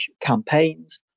campaigns